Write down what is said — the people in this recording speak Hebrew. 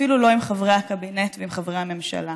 אפילו לא עם חברי הקבינט ועם חברי הממשלה.